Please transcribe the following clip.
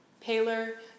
paler